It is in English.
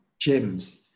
gyms